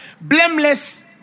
blameless